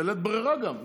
בלית ברירה גם,